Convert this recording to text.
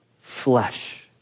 flesh